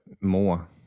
more